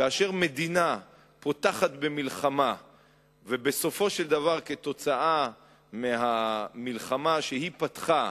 כאשר מדינה פותחת במלחמה ובסופו של דבר כתוצאה מהמלחמה שהיא פתחה